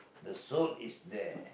the soul is there